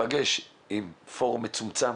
פגישה עם פורום מצומצם